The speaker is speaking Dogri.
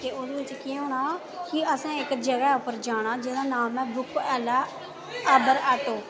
ते ओह्दे बिच केह् होना कि असें इक जगह् उप्पर जाना जेह्दा नांऽ ऐ ग्रुप ओला उबेर ऑटो